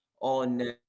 on